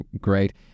great